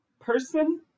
person